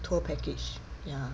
tour package ya